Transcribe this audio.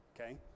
okay